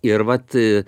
ir vat